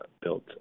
Built